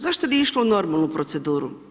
Zašto nije išlo u normalnu proceduru?